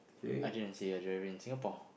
I didn't say I drive in Singapore